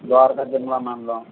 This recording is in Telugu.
ద్వారక తిరుమల మండలం